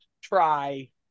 try